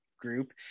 group